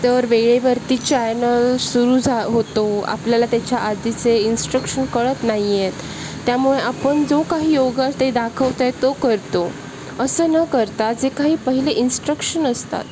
तर वेळेवरती चॅनल सुरु झा होतो आपल्याला त्याच्या आधीचे इंस्ट्रक्शन कळत नाही आहेत त्यामुळे आपण जो काही योग ते दाखवत आहेत तो करतो असं न करता जे काही पहिले इंस्ट्रक्शन असतात